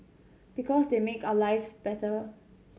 because they make our lives better